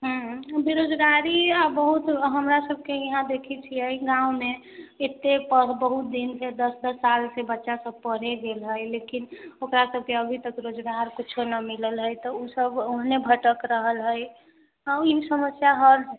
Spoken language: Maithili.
बेरोजगारी बहुत हमरासबके यहाँ देखै छियै गावमे ओते दिनसे बहुत दस दस सालसे बच्चासब पढ़ि रहल है लेकिन ओकरासबके रोजगार अभितक कुछौ नहि मिलल है तऽ उसब ओहिने भटक रहल है हँ इ समस्या हर